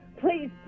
Please